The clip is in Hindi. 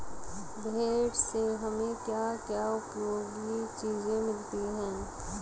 भेड़ से हमें क्या क्या उपयोगी चीजें मिलती हैं?